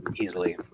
easily